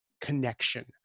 connection